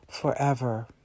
forever